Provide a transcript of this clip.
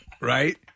Right